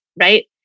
Right